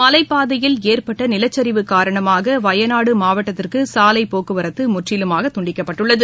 மலைப் பாதையில் ஏற்பட்டநிலச்சரிவு காரணமாகவயநாடுமாவட்டத்திற்குசாலைப் போக்குவரத்துமுற்றிலுமாகதுண்டிக்கப்பட்டுள்ளது